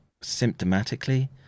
symptomatically